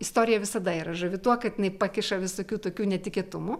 istorija visada yra žavi tuo kad jinai pakiša visokių tokių netikėtumų